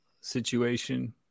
situation